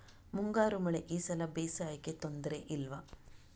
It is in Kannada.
ಮುಂಗಾರು ಮಳೆ ಈ ಸಲ ಬೇಸಾಯಕ್ಕೆ ತೊಂದರೆ ಇಲ್ವ?